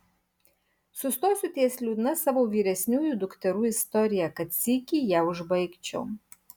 sustosiu ties liūdna savo vyresniųjų dukterų istorija kad sykį ją užbaigčiau